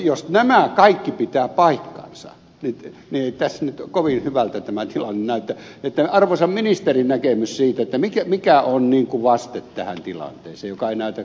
jos nämä kaikki pitävät paikkansa niin ei tässä nyt kovin hyvältä tämä tilanne näytä joten arvoisan ministerin näkemys siitä mikä on niin kuin vaste tähän tilanteeseen joka ei näytä kovin hyvältä